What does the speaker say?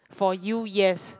for you yes